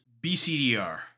BCDR